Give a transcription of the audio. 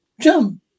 Jump